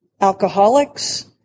alcoholics